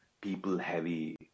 people-heavy